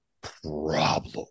problem